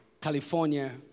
California